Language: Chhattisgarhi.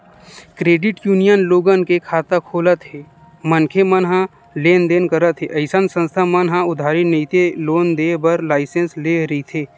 क्रेडिट यूनियन लोगन के खाता खोलत हे मनखे मन ह लेन देन करत हे अइसन संस्था मन ह उधारी नइते लोन देय बर लाइसेंस लेय रहिथे